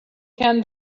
can